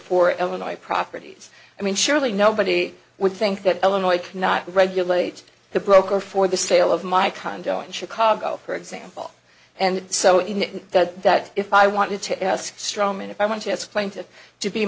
for illinois properties i mean surely nobody would think that illinois cannot regulate the broker for the sale of my condo in chicago for example and so in that if i wanted to ask straw man if i want to explain to to be